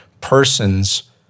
persons